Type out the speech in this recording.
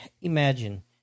imagine